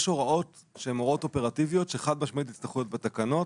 יש הוראות שהן הוראות אופרטיביות שחד משמעית יצטרכו להיות בתקנות